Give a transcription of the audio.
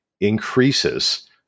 increases